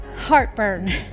heartburn